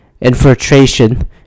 infiltration